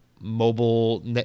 mobile